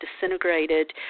disintegrated